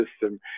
system